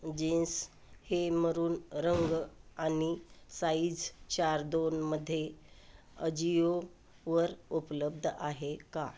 jeans हे maroon रंग आणि साइझ चार दोनमध्ये अजिओवर उपलब्ध आहे का